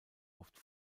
oft